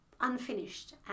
unfinished